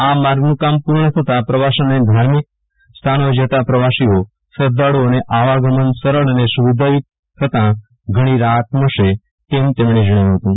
આ માર્ગનું કામ પુર્ણ થતા પ્રવાસન અને ધાર્મિક સ્થાનોએ જતા પ્રવાસીઓ શ્રધ્ધાળુઓને આવાગમન સરળ અને સુવિધાયુક્ત થતા ઘણી રાહત મળશે તેમ તેમણે જણાવ્યુ હતું